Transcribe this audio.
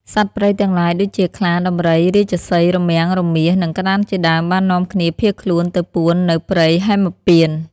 សត្វព្រៃទាំងឡាយដូចជា ខ្លា ដំរី រាជសីហ៍ រមាំង រមាស និងក្តាន់ជាដើម បាននាំគ្នាភៀសខ្លួនទៅពួននៅព្រៃហេមពាន្ត។